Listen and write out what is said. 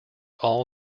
all